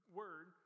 word